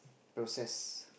low sass